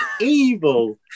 evil